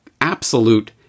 absolute